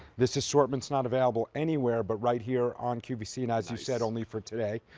this assortment is not available anywhere but right here on qvc. and as you said, only for today.